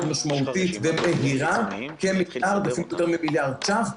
משמעותית ומהירה --- מיליארד שקלים,